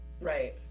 right